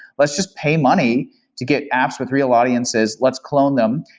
let's just pay money to get apps with real audiences. let's clone them,